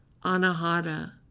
anahata